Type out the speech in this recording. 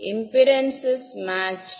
மாணவர் impedances matched